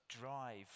drive